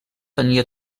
tenia